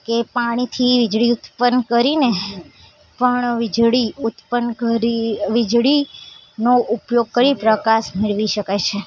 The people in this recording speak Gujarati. કે પાણીથી વીજળી ઉત્પન્ન કરીને પણ વીજળી ઉત્પન્ન કરી વીજળીનો ઉપયોગ કરી પ્રકાશ મેળવી શકાય છે